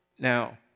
Now